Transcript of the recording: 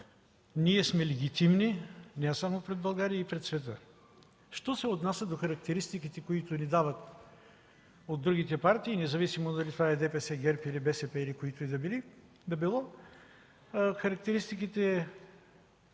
ние сме легитимни не само пред България, а и пред света. Що се отнася до характеристиките, които ни дават другите партии, независимо дали това е ДПС, ГЕРБ или БСП, или които и да било, характеристиките